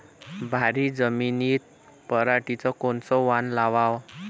भारी जमिनीत पराटीचं कोनचं वान लावाव?